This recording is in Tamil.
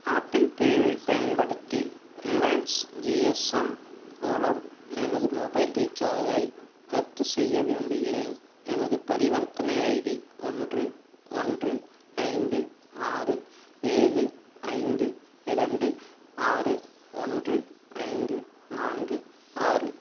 ஆப்பிள் பேவை பயன்படுத்தி ரிலையன்ஸ் ஜிஎஸ்எம் மூலம் எனது மொபைல் ரீசார்ஜை ரத்துசெய்ய விரும்புகிறேன் எனது பரிவர்த்தனை ஐடி ஒன்று ஒன்று ஐந்து ஆறு ஏழு ஐந்து இரண்டு ஆறு ஒன்று ஐந்து நான்கு ஆறு